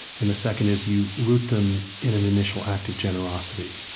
and the second is you root them in an initial act of generosity.